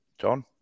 John